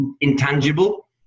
intangible